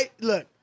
look